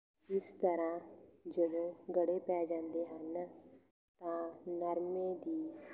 ਇਸ ਤਰ੍ਹਾਂ ਜਦੋਂ ਗੜੇ ਪੈ ਜਾਂਦੇ ਹਨ ਤਾਂ ਨਰਮੇ ਦੀ